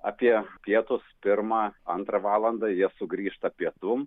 apie pietus pirmą antrą valandą jie sugrįžta pietum